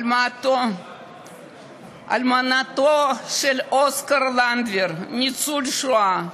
אלמנתו של אוסקר לנדבר, ניצול שואה,